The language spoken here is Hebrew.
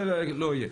לא יהיה.